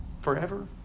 forever